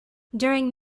during